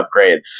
upgrades